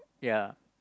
ya